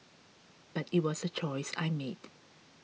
but it was a choice I made